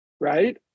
right